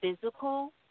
physical